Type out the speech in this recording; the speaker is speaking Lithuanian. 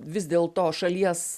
vis dėl to šalies